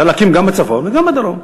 אפשר להקים גם בצפון וגם בדרום.